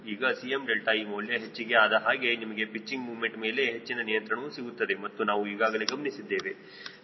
ಈಗ Cme ಮೌಲ್ಯ ಹೆಚ್ಚಿಗೆ ಆದಹಾಗೆ ನಿಮಗೆ ಪಿಚ್ಚಿಂಗ್ ಮೂಮೆಂಟ್ ಮೇಲೆ ಹೆಚ್ಚಿನ ನಿಯಂತ್ರಣವು ಸಿಗುತ್ತದೆ ಮತ್ತು ನಾವು ಈಗಾಗಲೇ ಗಮನಿಸಿದ್ದೇವೆ